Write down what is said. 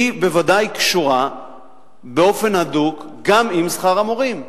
היא בוודאי קשורה באופן הדוק גם עם שכר המורים.